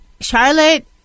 Charlotte